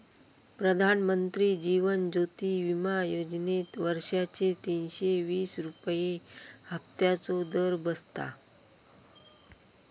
प्रधानमंत्री जीवन ज्योति विमा योजनेत वर्षाचे तीनशे तीस रुपये हफ्त्याचो दर बसता